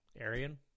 Arian